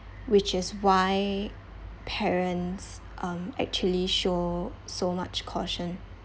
which is why parents um actually show so much caution